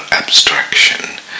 abstraction